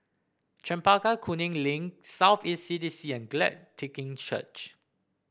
Chempaka Kuning Link South East C D C and Glad Tiding Church